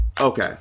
Okay